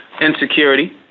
Insecurity